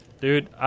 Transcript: Dude